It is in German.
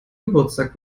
geburtstag